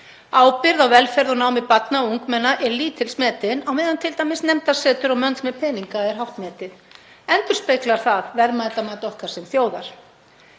Ábyrgð á velferð og námi barna og ungmenna er lítils metin á meðan t.d. nefndasetur og möndl með peninga er hátt metið. Endurspeglar það verðmætamat okkar sem þjóðar.